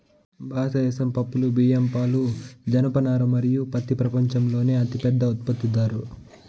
భారతదేశం పప్పులు, బియ్యం, పాలు, జనపనార మరియు పత్తి ప్రపంచంలోనే అతిపెద్ద ఉత్పత్తిదారు